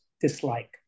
dislike